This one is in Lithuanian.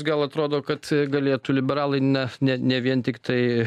gal atrodo kad galėtų liberalai na ne ne vien tiktai